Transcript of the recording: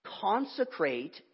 consecrate